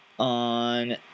On